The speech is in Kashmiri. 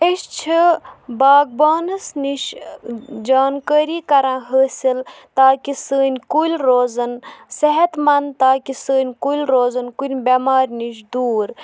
أسۍ چھِ باغبانَس نِش جانکٲری کَران حٲصِل تاکہِ سٲنۍ کُلۍ روزَن صحت منٛد تاکہِ سٲنۍ کُلۍ روزَن کُنہِ بٮ۪مارِ نِش دوٗر